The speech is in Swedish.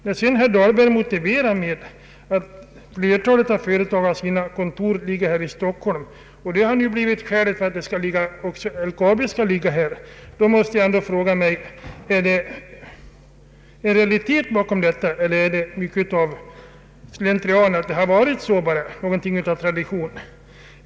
När herr Dahlberg nämner att flertalet företag har sina kontor här i Stockholm och att LKAB skall ligga här i staden, måste jag fråga: Är det logik bakom detta eller är det slentrian eller tradition?